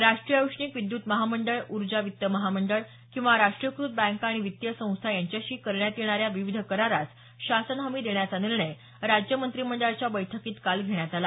राष्ट्रीय औष्णिक विद्यत महामंडळ ऊर्जा वित्त महामंडळ किंवा राष्ट्रीयकृत बँका आणि वित्तीय संस्था यांच्याशी करण्यात येणाऱ्या विविध करारास शासन हमी देण्याचा निर्णय राज्य मंत्रिमंडळाच्या बैठकीत काल घेण्यात आला